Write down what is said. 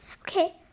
okay